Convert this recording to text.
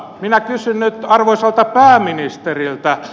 minä kysyn nyt arvoisalta pääministeriltä